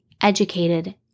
educated